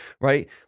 right